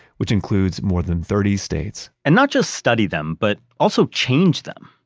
which includes more than thirty states and not just study them but also change them.